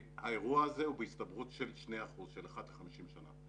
האירוע הזה הוא בהסתברות של 2% של אחת ל-50 שנה.